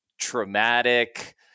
traumatic